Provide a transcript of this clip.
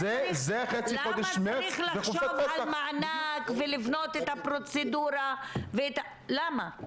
למה צריך לחשוב על מענק ולבנות את הפרוצדורה למה?